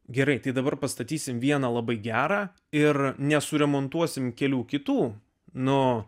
gerai tai dabar pastatysime vieną labai gerą ir nesuremontuosime kelių kitų nuo